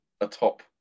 atop